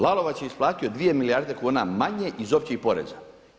Lalovac je isplatio 2 milijarde kuna manje iz općih poreza.